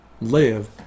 live